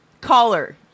Caller